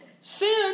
Sin